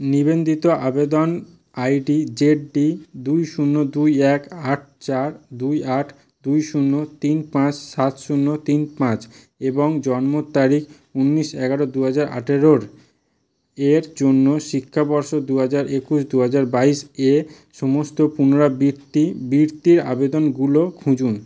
নিবন্ধিত আবেদন I D Z D দুই শূন্য দুই এক আট চার দুই আট দুই শূন্য তিন পাঁচ সাত শূন্য তিন পাঁচ এবং জন্ম তারিখ উনিশ এগারো দু হাজার আঠেরোর এর জন্য শিক্ষাবর্ষ দু হাজার একুশ দু হাজার বাইশ এ সমস্ত পুনরাবৃত্তি বিরতির আবেদনগুলো খুঁজুন